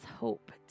hope